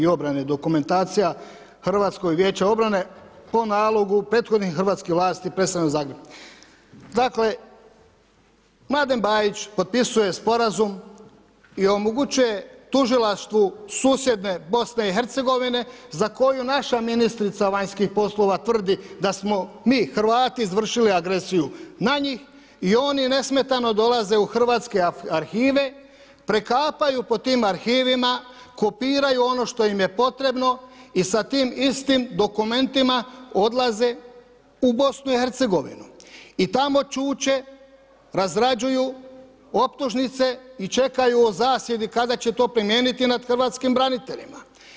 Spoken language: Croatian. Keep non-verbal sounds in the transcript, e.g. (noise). Dokumentacija HVO-a po nalogu prethodnih hrvatskih vlasti ... (unintelligible) Dakle, Mladen Bajić potpisuje sporazum i omogućuje tužilaštvu susjedne BIH za koju naša ministrica vanjskih poslova tvrdi da smo mi Hrvati izvršili agresiju na njih i oni nesmetano dolaze u hrvatske arhive, prekapaju po tim arhivima, kopiraju ono što im je potrebno i sa tim istim dokumentima odlaze u BIH i tamo čuče, razrađuju optužnice i čekaju o zasjedi kada će to primijeniti nad hrvatskim braniteljima.